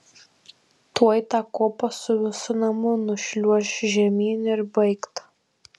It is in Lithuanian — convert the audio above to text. tuoj tą kopą su visu namu nušliuoš žemyn ir baigta